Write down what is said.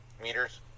meters